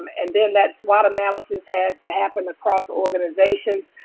and then that swat analysis has to happen across organizations,